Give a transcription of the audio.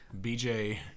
BJ